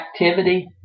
activity